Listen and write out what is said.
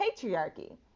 patriarchy